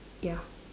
ya